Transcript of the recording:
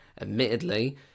Admittedly